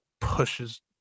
pushes